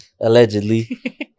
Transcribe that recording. allegedly